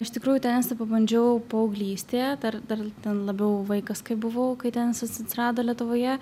iš tikrųjų tenisą pabandžiau paauglystėje dar dar ten labiau vaikas kai buvau kai tenisas atsirado lietuvoje